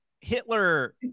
Hitler